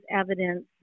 evidence